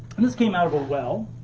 and this came out of a well,